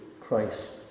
Christ